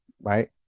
right